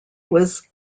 was